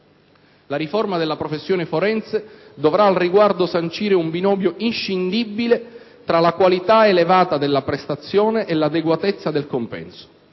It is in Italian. La riforma della professione forense dovrà, al riguardo, sancire un binomio inscindibile tra la qualità elevata della prestazione e l'adeguatezza del compenso.